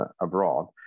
abroad